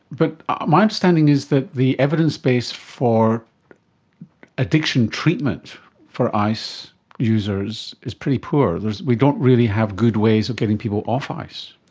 but my understanding is that the evidence base for addiction treatment for ice users is pretty poor. we don't really have good ways of getting people off ice.